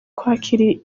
kwakira